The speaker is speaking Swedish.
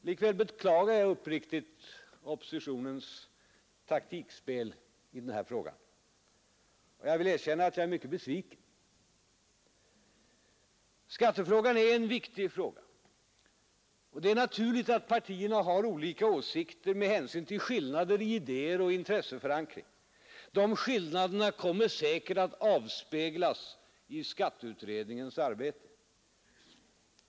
Likväl beklagar jag uppriktigt oppositionens taktikspel i den här frågan, och jag vill erkänna att jag är mycket besviken. Skattefrågan är en viktig fråga, och det är naturligt att partierna har olika åsikter med hänsyn till skillnader i idéer och intresseförankring. De skillnaderna kommer säkert att avspeglas i skatteutredningens arbete.